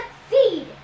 succeed